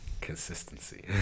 consistency